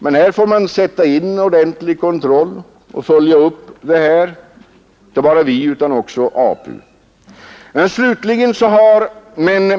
Men här får man sätta in en ordentlig kontroll och följa upp frågan, inte bara vi utan också APU.